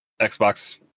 xbox